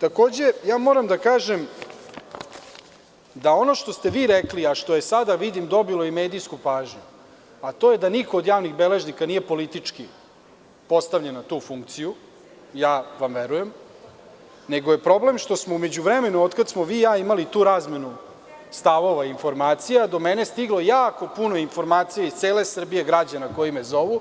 Takođe, ja moram da kažem da ono što ste vi rekli, a što je sada vidim dobilo i medijsku pažnju, a to je da niko od javnih beležnika nije politički postavljen na tu funkciju, ja vam verujem, nego je problem što smo u međuvremenu od kada smo vi i ja imali tu razmenu stavova i informacija do mene je stiglo jako puno informacija iz cele Srbije građana koji me zovu